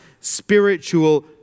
spiritual